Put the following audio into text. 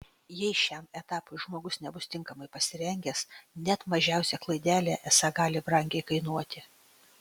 jei šiam etapui žmogus nebus tinkamai pasirengęs net mažiausia klaidelė esą gali brangiai kainuoti